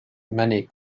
many